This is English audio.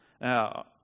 Now